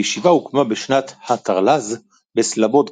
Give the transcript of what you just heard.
הישיבה הוקמה בשנת ה'תרל"ז בסלובודקה,